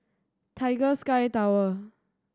Tiger Sky Tower